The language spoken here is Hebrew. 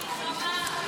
מלחמה,